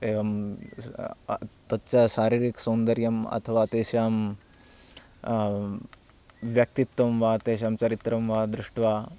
एवं तच्च शारीरिकसौन्दर्यम् अथवा तेषां व्यक्तित्वं वा तेषां चरित्रं वा दृष्ट्वा